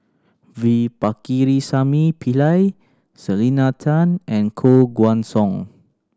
V Pakirisamy Pillai Selena Tan and Koh Guan Song